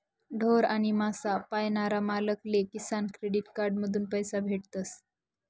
ढोर आणि मासा पायनारा मालक ले किसान क्रेडिट कार्ड माधून पैसा भेटतस